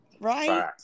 right